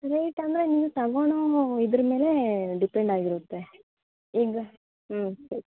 rate ಅಂದರೆ ನೀವ್ ತಗೊಳೋ ಇದ್ರ ಮೇಲೆ ಡಿಪೆಂಡ್ ಆಗಿರುತ್ತೆ ಈಗ ಹ್ಞೂ ಸರಿ